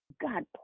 God